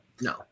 No